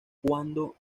cuándo